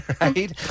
Right